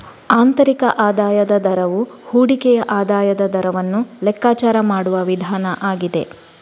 ಆಂತರಿಕ ಆದಾಯದ ದರವು ಹೂಡಿಕೆಯ ಆದಾಯದ ದರವನ್ನ ಲೆಕ್ಕಾಚಾರ ಮಾಡುವ ವಿಧಾನ ಆಗಿದೆ